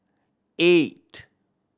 eight